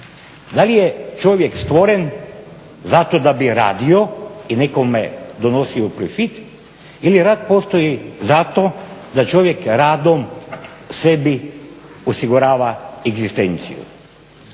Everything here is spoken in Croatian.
Da li je čovjek stvoren zato da bi radio i nekome donosio profit ili rad postoji zato da čovjek radom sebi osigurava ezgistenciju?